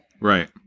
Right